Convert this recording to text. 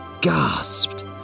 gasped